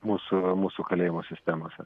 mūsų mūsų kalėjimų sistemose